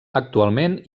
actualment